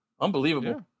unbelievable